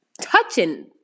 touching